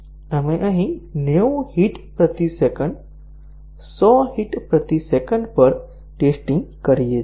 આપણે અહીં 90 હિટ પ્રતિ સેકન્ડ 100 હિટ પ્રતિ સેકન્ડ પર ટેસ્ટીંગ કરીએ છીએ